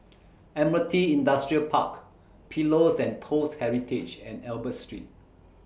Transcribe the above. Admiralty Industrial Park Pillows and Toast Heritage and Albert Street